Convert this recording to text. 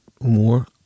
more